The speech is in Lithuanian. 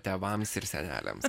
tėvams ir seneliams